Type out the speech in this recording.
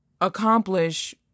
accomplish